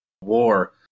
war